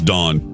Dawn